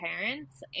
parents